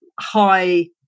high